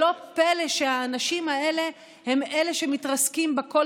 שלא פלא שהאנשים האלה הם אלה שמתרסקים בקול